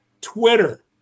Twitter